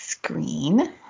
screen